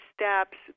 steps